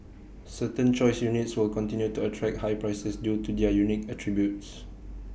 certain choice units will continue to attract high prices due to their unique attributes